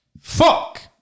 Fuck